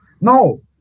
no